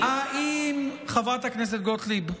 חברת הכנסת גוטליב,